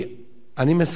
אני מסכים,